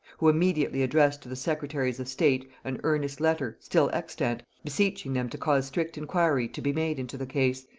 who immediately addressed to the secretaries of state an earnest letter, still extant, beseeching them to cause strict inquiry to be made into the case,